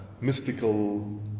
mystical